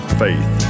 faith